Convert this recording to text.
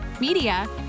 media